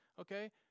okay